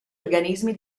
organismi